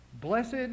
Blessed